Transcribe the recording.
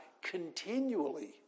continually